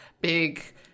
Big